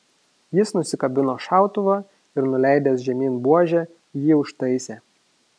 jis nusikabino šautuvą ir nuleidęs žemyn buožę jį užtaisė